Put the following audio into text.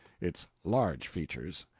its large features.